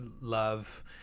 love